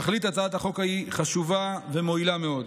תכלית הצעת החוק היא חשובה ומועילה מאוד.